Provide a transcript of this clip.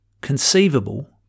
conceivable